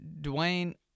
Dwayne